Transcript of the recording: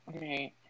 Right